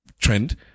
trend